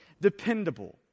dependable